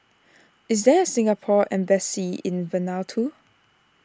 is there a Singapore Embassy in Vanuatu